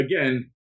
again